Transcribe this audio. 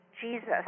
Jesus